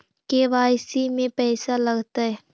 KYC में पैसा लगतै?